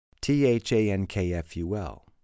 T-H-A-N-K-F-U-L